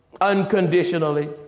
Unconditionally